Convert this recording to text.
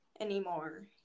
anymore